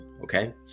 okay